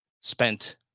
spent